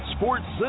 Sports